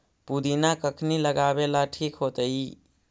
पुदिना कखिनी लगावेला ठिक होतइ?